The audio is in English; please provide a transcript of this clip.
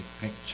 picture